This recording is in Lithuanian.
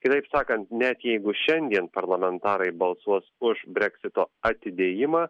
kitaip sakant net jeigu šiandien parlamentarai balsuos už breksito atidėjimą